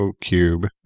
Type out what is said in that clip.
cube